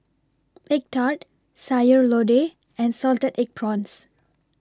Egg Tart Sayur Lodeh and Salted Egg Prawns